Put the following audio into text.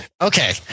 Okay